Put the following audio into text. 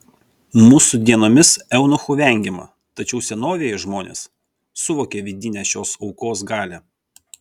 mūsų dienomis eunuchų vengiama tačiau senovėje žmonės suvokė vidinę šios aukos galią